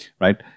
right